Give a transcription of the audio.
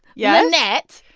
yeah. lynette.